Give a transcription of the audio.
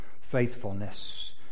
faithfulness